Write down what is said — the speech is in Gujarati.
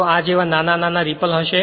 ત્યાં આ જેવા નાના નાના રીપલ હશે